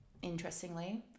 interestingly